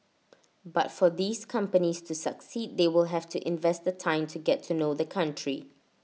but for these companies to succeed they will have to invest the time to get to know the country